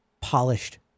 polished